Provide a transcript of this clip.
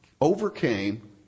overcame